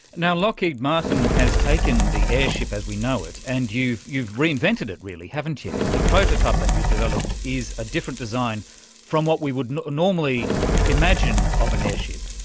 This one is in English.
now, lockheed martin has taken the airship as we know it and you've you've reinvented it, really, haven't you? the prototype that you developed is a different design from what we would normally imagine of an airship.